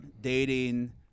dating